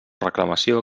reclamació